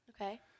Okay